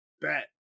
bet